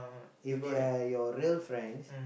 if they're your real friends